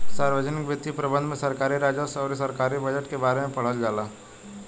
सार्वजनिक वित्तीय प्रबंधन में सरकारी राजस्व अउर सरकारी बजट के बारे में पढ़ल जाला